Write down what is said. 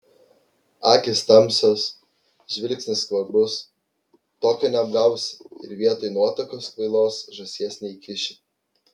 akys tamsios žvilgsnis skvarbus tokio neapgausi ir vietoj nuotakos kvailos žąsies neįkiši